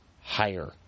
higher